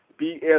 BS